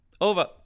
Over